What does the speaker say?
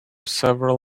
several